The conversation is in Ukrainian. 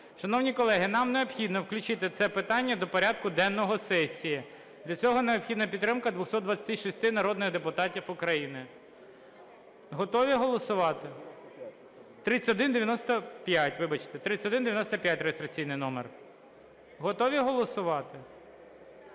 Шановні колеги, нам необхідно включити це питання до порядку денного сесії. Для цього необхідна підтримка 226 народних депутатів України. Готові голосувати? 3195. Вибачте, 3195 реєстраційний номер. Готові голосувати?